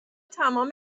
تمام